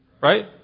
Right